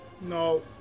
No